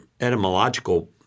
etymological